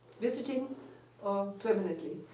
visiting or permanently.